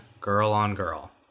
girl-on-girl